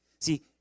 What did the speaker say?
See